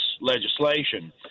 legislation